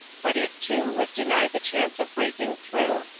but it too was denied the chance of breaking through,